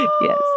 Yes